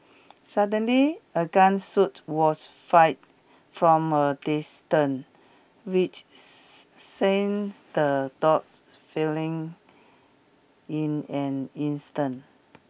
suddenly a gun was fired from a distance which sent the dogs failing in an instant